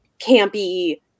campy